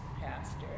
pastor